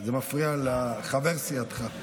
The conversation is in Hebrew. זה מפריע לחבר סיעתך.